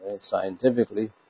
scientifically